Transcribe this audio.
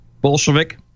Bolshevik